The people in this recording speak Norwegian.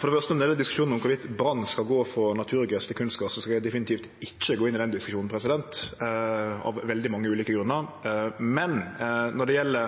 For det første: Når det gjeld diskusjonen om Brann skal gå frå naturgras til kunstgras, skal eg definitivt ikkje gå inn i den diskusjonen, av veldig mange ulike grunnar. Når det gjeld